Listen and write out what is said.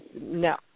No